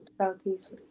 Southeast